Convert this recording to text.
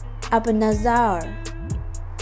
Abnazar